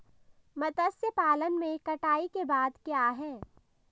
मत्स्य पालन में कटाई के बाद क्या है?